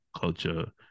Culture